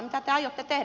mitä te aiotte tehdä